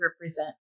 represent